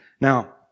Now